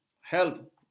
help